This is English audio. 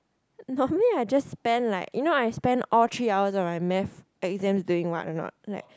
normally I just spend like you know I spend all three hours of my math exams doing what or not like